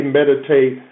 meditate